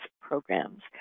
programs